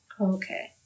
Okay